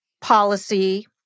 policy